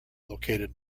located